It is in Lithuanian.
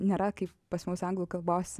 nėra kaip pas mus anglų kalbos